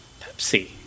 Pepsi